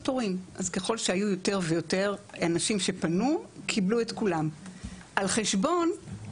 לפני יותר מ-50 שנה רישיון להפעיל בית חולים